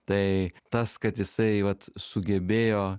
tai tas kad jisai vat sugebėjo